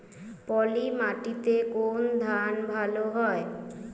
পলিমাটিতে কোন ধান ভালো হয়?